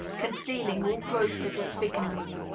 concealing all grosser disfigurement.